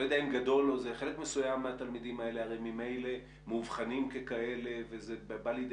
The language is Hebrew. חלק מסוים מהתלמידים האלה הרי ממילא מאובחנים ככאלה וזה בא לידי